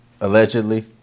Allegedly